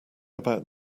about